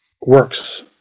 works